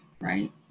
right